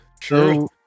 True